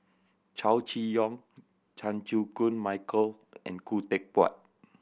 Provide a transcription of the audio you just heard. Chow Chee Yong Chan Chew Koon Michael and Khoo Teck Puat